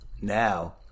now